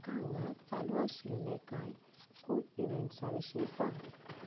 म्हाका हांगा चालू आशिल्ले कांय कुल इव्हॅन्ट्सां विशीं सांग